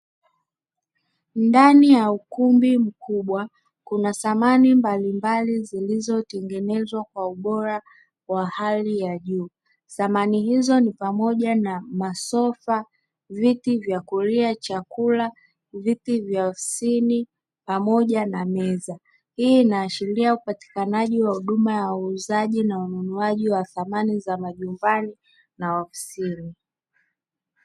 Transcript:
Ndani ya ukumbi mkubwa kuna samani mbalimbali zilizotengenezwa kwa ubora wa hali ya juu. Samani hizo ni pamoja na masofa, viti vya kulia chakula, viti vya ofisini pamoja na meza. Hii inaashiria upatikanaji wa huduma ya uuzaji na ununuaji wa samani za majumbani na ofisini.